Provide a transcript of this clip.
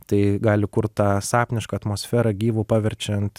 tai gali kurt tą sapnišką atmosferą gyvu paverčiant